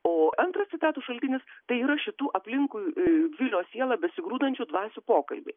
o antras citatų šaltinis tai yra šitų aplinkui vilio sielą besigrūdančių dvasių pokalbiai